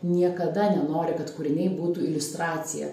niekada nenori kad kūriniai būtų iliustracija